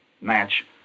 match